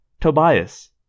Tobias